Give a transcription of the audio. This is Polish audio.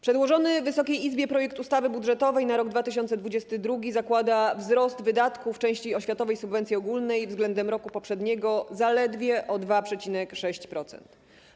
Przedłożony Wysokiej Izbie projekt ustawy budżetowej na rok 2022 zakłada wzrost wydatków w części oświatowej subwencji ogólnej względem roku poprzedniego zaledwie o 2,6%.